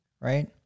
right